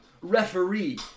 referee